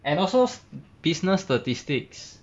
and also business statistics